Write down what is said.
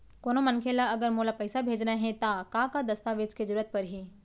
कोनो मनखे ला अगर मोला पइसा भेजना हे ता का का दस्तावेज के जरूरत परही??